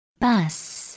Bus